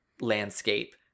landscape